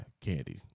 candy